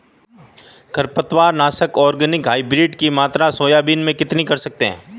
खरपतवार नाशक organic hybrid की मात्रा सोयाबीन में कितनी कर सकते हैं?